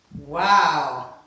Wow